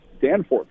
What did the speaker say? Danforth